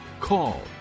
Call